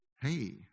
Hey